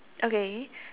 okay